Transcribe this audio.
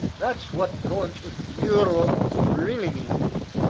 that's what goin' to eu-rope really means.